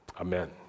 amen